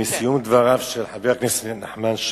מסיום דבריו של חבר הכנסת נחמן שי.